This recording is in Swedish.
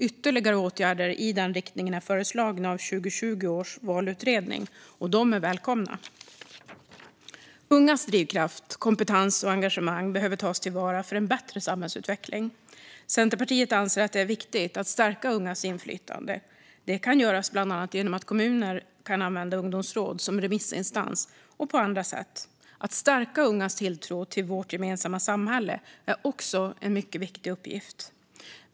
Ytterligare åtgärder i den riktningen är föreslagna av 2020 års valutredning, och de är välkomna. Ungas drivkraft, kompetens och engagemang behöver tas till vara för en bättre samhällsutveckling. Centerpartiet anser att det är viktigt att stärka ungas inflytande. Det kan göras bland annat genom att kommuner kan använda ungdomsråd som remissinstans och på andra sätt. Att stärka ungas tilltro till vårt gemensamma samhälle är också en mycket viktig uppgift.